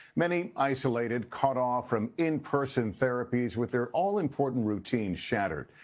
many isolated, caught off from in-person therapies with their all-important routines shattered.